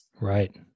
right